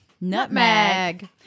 Nutmeg